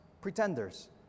pretenders